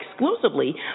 exclusively